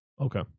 Okay